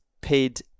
paid